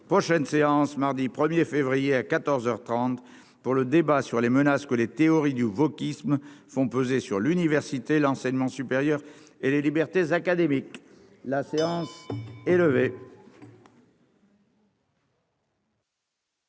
prochaine séance mardi 1er février à 14 heures 30 pour le débat sur les menaces que les théories du wokisme font peser sur l'université, l'enseignement supérieur et les libertés académiques, la séance est levée.